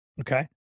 Okay